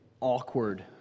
awkward